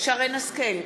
שרן השכל,